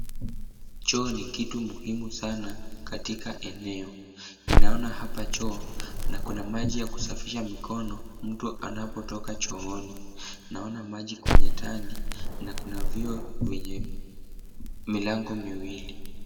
Choo ni kitu muhimu sana katika eneo. Ninaona hapa choo na kuna maji ya kusafisha mkono mtu anapotoka chooni. Naona maji kwenye tanki na kuna vyoo vyenye milango miwili.